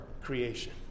creation